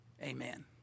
amen